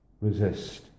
resist